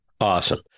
Awesome